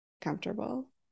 comfortable